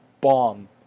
bomb